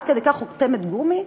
עד כדי כך חותמת גומי?